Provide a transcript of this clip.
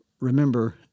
Remember